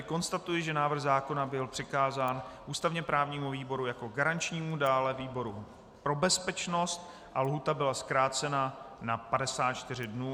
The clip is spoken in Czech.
Konstatuji, že návrh zákona byl přikázán ústavněprávnímu výboru jako garančnímu, dále výboru pro bezpečnost a lhůta byla zkrácena na 54 dnů.